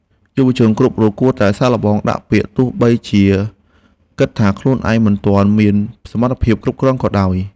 យុវជនគ្រប់រូបគួរតែសាកល្បងដាក់ពាក្យទោះបីជាគិតថាខ្លួនឯងមិនទាន់មានសមត្ថភាពគ្រប់គ្រាន់ក៏ដោយ។